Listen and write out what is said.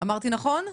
היי שלום,